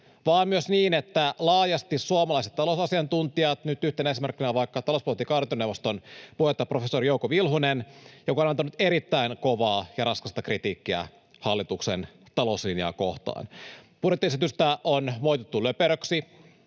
vaan myös siitä, että laajasti suomalaiset talousasiantuntijat, nyt yhtenä esimerkkinä vaikka talouspolitiikan arviointineuvoston puheenjohtaja, professori Jouko Vilhunen, ovat antaneet erittäin kovaa ja raskasta kritiikkiä hallituksen talouslinjaa kohtaan. Budjettiesitystä on moitittu löperöksi.